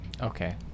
Okay